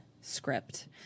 script